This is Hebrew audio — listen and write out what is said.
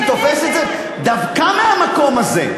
אני תופס את זה דווקא מהמקום הזה.